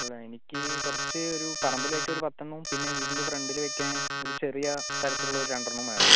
അല്ല എനിക്ക് കുറച്ച് ഒരു പറമ്പിലേക്ക് ഒരു പത്തെണ്ണവും പിന്നെ വീടിൻ്റെ ഫ്രണ്ടിൽ വയ്ക്കാൻ ഒരു ചെറിയ തരത്തിൽ ഉള്ള ഒരു രണ്ടെണ്ണവും വേണം